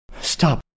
Stop